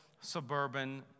suburban